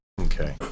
okay